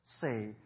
say